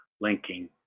linking